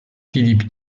filip